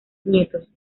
nietos